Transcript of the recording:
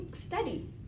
study